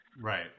Right